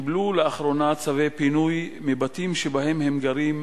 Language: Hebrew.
קיבלו לאחרונה צווי פינוי מבתים שבהם הם גרים